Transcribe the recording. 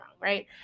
right